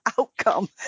outcome